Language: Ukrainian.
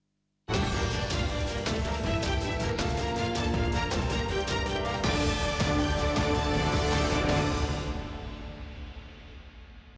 Дякую